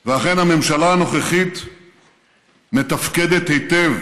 ואכן, הממשלה הנוכחית מתפקדת היטב,